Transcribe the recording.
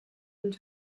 une